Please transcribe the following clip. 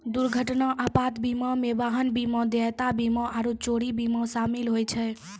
दुर्घटना आपात बीमा मे वाहन बीमा, देयता बीमा आरु चोरी बीमा शामिल होय छै